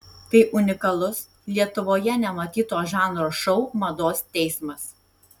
tai unikalus lietuvoje nematyto žanro šou mados teismas